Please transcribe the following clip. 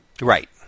Right